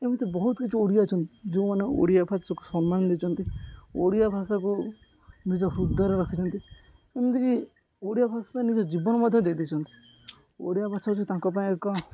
ଏମିତି ବହୁତ କିଛି ଓଡ଼ିଆ ଅଛନ୍ତି ଯେଉଁମାନେ ଓଡ଼ିଆ ଭାଷାକୁ ସମ୍ମାନ ଦେଇଛନ୍ତି ଓଡ଼ିଆ ଭାଷାକୁ ନିଜ ହୃଦୟରେ ରଖିଛନ୍ତି ଏମିତିକି ଓଡ଼ିଆ ଭାଷା ପାଇଁ ନିଜ ଜୀବନ ମଧ୍ୟ ଦେଇ ଦେଇଛନ୍ତି ଓଡ଼ିଆ ଭାଷା ହେଉଛି ତାଙ୍କ ପାଇଁ ଏକ